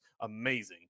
amazing